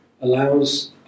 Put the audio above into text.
allows